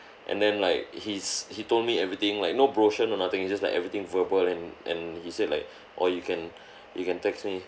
and then like he's he told me everything like no brochure no nothing he just like everything verbal and and he said like or you can you can text me